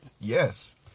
Yes